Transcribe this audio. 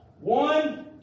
One